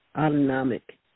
autonomic